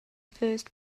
first